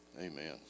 Amen